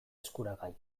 eskuragai